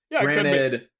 Granted